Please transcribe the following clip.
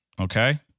Okay